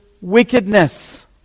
wickedness